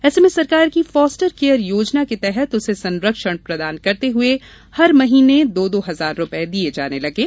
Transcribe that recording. ऐसे में सरकार की फास्टर केअर योजना के तहत उसे संरक्षण प्रदान करते हुए हर महीने दो दो हजार रुपये दिए जाने लगे